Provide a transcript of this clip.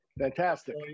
Fantastic